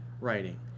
writing